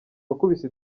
wakubise